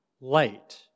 light